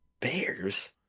Bears